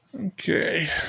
Okay